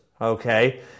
okay